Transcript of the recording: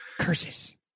curses